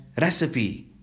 recipe